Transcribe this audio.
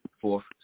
fourth